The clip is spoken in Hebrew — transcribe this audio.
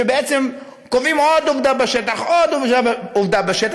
שבעצם קובעים עוד עובדה בשטח ועוד עובדה בשטח,